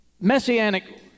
messianic